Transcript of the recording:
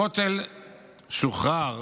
הכותל שוחרר